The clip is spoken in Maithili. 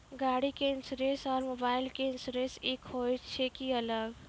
गाड़ी के इंश्योरेंस और मोबाइल के इंश्योरेंस एक होय छै कि अलग?